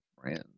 friends